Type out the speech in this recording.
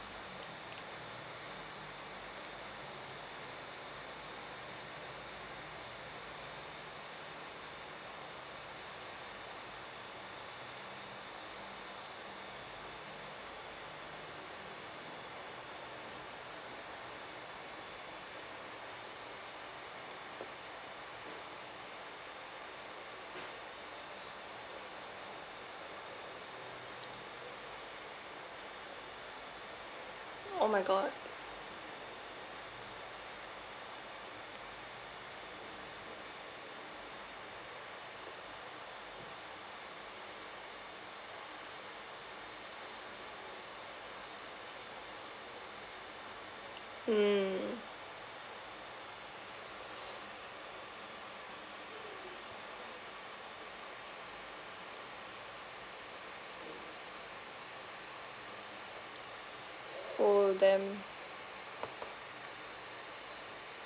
oh my god mm oh damn